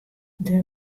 der